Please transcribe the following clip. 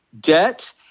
debt